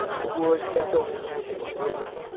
the word ghetto began to spread.